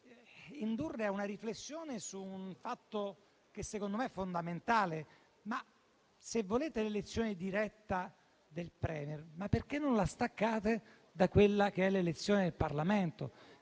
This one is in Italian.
indurre a una riflessione su un fatto che secondo me è fondamentale: se volete l'elezione diretta del *Premier*, perché non la staccate dall'elezione del Parlamento?